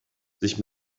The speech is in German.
sich